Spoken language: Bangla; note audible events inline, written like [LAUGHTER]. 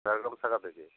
[UNINTELLIGIBLE] শাখা থেকে